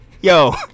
Yo